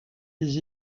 des